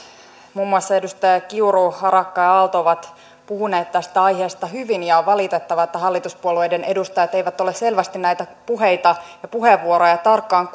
muun muassa edustajat kiuru harakka ja aalto ovat puhuneet tästä aiheesta hyvin on valitettavaa että hallituspuolueiden edustajat eivät ole selvästi näitä puheita ja puheenvuoroja tarkkaan